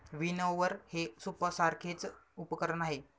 विनओवर हे सूपसारखेच उपकरण आहे